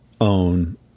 own